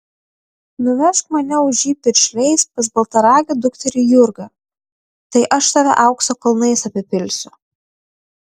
nuvežk mane už jį piršliais pas baltaragio dukterį jurgą tai aš tave aukso kalnais apipilsiu